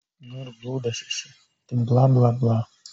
nu ir blūdas esi tik bla bla bla